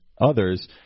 others